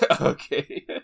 Okay